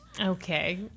Okay